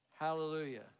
Hallelujah